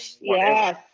Yes